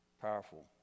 Powerful